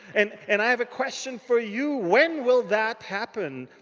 and and i have a question for you. when will that happen?